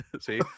see